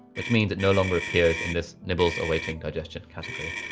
which means it no longer appears in this nibbles awaiting digestion category.